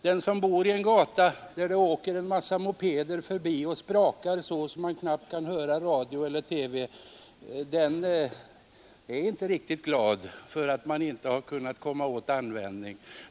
Den som bor vid en gata där en mängd mopeder kör under sådant oväsen att man knappt kan höra vad som sägs i radio eller i TV är inte glad för att vi inte kan komma åt sådant knastrande.